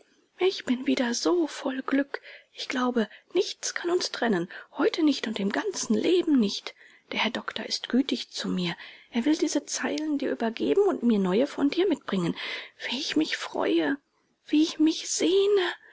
ich bin wieder so voll glück ich glaube nichts kann uns trennen heute nicht und im ganzen leben nicht der herr doktor ist gütig zu mir er will diese zeilen dir übergeben und mir neue von dir mitbringen wie ich mich freue wie ich mich sehne